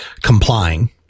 complying